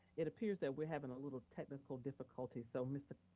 it appears that we're having a little technical difficulty, so mr.